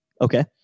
Okay